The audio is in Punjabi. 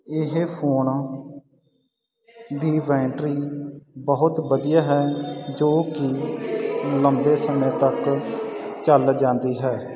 ਇਹ ਫੋਨ ਦੀ ਬੈਂਟਰੀ ਬਹੁਤ ਵਧੀਆ ਹੈ ਜੋ ਕਿ ਲੰਬੇ ਸਮੇਂ ਤੱਕ ਚੱਲ ਜਾਂਦੀ ਹੈ